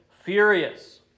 furious